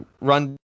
run